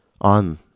On